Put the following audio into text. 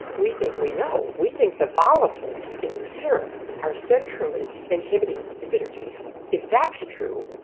we think we know. we think the volatiles in the syrup are centrally inhibiting the bitter taste. if that's true,